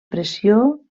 pressió